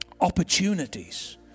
opportunities